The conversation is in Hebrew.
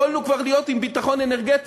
יכולנו כבר להיות עם ביטחון אנרגטי,